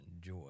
joy